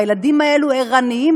והילדים האלה ערניים,